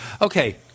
okay